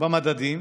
במדדים